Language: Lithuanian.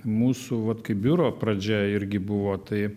mūsų vat kaip biuro pradžia irgi buvo tai